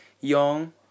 young